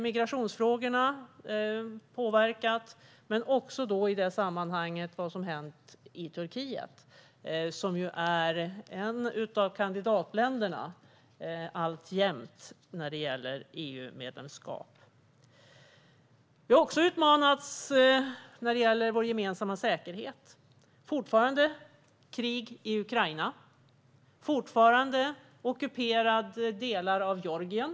Migrationsfrågorna har påverkat, men också det som hänt i Turkiet, som alltjämt är ett av kandidatländerna till EU-medlemskap. Vi har också utmanats när det gäller vår gemensamma säkerhet. Fortfarande är det krig i Ukraina. Fortfarande ockuperas delar av Georgien.